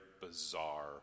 bizarre